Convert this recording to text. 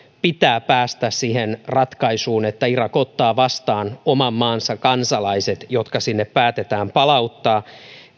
pitää päästä siihen ratkaisuun että irak ottaa vastaan oman maansa kansalaiset jotka sinne päätetään palauttaa